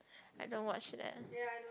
I don't watch that